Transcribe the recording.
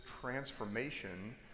transformation